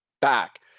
back